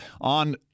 On